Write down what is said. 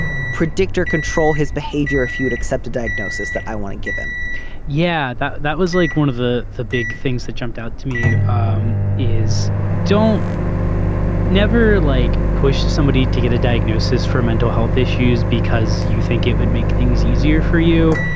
predictor control his behavior if you would accept a diagnosis that i want to give him yeah. that that was like one of the the big things that jumped out to me um is don't never like push somebody to get a diagnosis for mental health issues because you think it would make things easier for you.